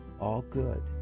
all-good